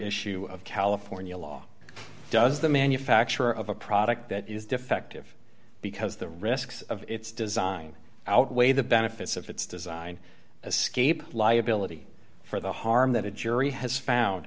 issue of california law does the manufacturer of a product that is defective because the risks of its design outweigh the benefits of its design as scape liability for the harm that a jury has found